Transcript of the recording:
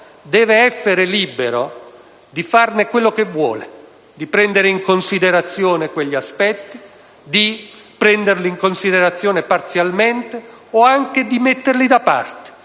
deve essere libero di farne quello che vuole, di prendere in considerazione i diversi aspetti, di considerarli parzialmente o anche di metterli da parte,